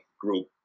group